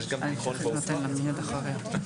איני רוצה לחזור על דברים שנאמרו בעניין